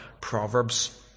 Proverbs